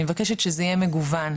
אני מבקשת שזה יהיה מגוון.